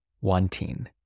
Wanting